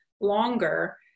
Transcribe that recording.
longer